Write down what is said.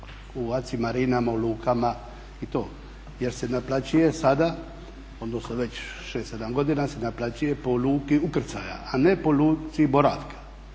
u aci marinama, u lukama i to jer se naplaćuje sada odnosno već 6,7 godina se naplaćuje po luci ukrcaja a ne po luci boravka.